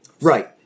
Right